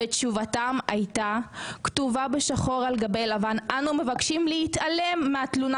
אבל תשובתם הייתה: "אנו מבקשים להתעלם מהתלונה